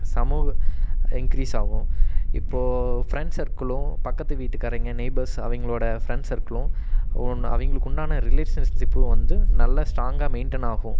சமூக இன்க்ரீஸ் ஆகும் இப்போது ஃப்ரெண்ட்ஸ் சர்க்கிளும் பக்கத்து வீட்டுக்காரங்க நெய்பர்ஸ் அவங்களோட ஃப்ரெண்ட்ஸ் சர்க்கிளும் உ அவங்களுக்குண்டான ரிலேஷன்ஷிப்பும் வந்து நல்லா ஸ்ட்ராங்காக மெய்ட்டெய்ன் ஆகும்